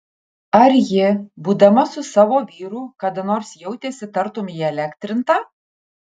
ar ji būdama su savo vyru kada nors jautėsi tartum įelektrinta